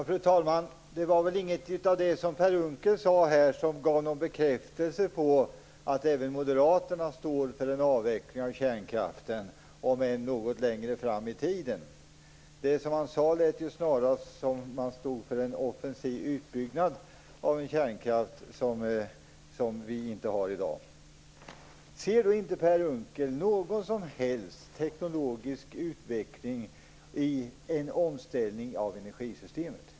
Fru talman! Det var väl inget av det som Per Unckel sade här som gav någon bekräftelse på att även Moderaterna står för en avveckling av kärnkraften, om än något längre fram i tiden. Det som han sade lät ju snarast som om man stod för en offensiv utbyggnad av en kärnkraft som vi inte har i dag. Ser då inte Per Unckel någon som helst teknologisk utveckling i en omställning av energisystemet?